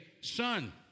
son